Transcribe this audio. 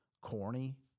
corny